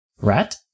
Rat